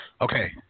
Okay